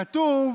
כתוב